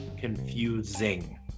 confusing